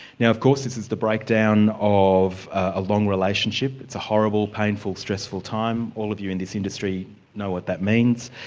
now of course this is the breakdown of a long relationship. it's a horrible, painful, stressful time, all of you in this industry know what that means,